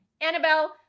Annabelle